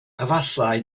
efallai